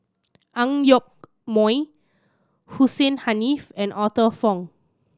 Ang Yoke Mooi Hussein Haniff and Arthur Fong